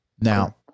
Now